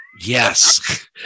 yes